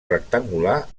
rectangular